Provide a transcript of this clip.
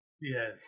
Yes